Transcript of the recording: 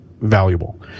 valuable